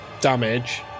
damage